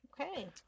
Okay